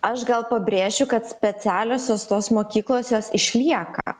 aš gal pabrėšiu kad specialios tos mokyklos jos išlieka